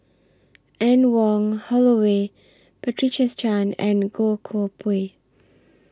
Anne Wong Holloway Patricia Chan and Goh Koh Pui